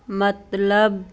ਮਤਲਬ